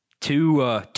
two